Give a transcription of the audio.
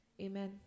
Amen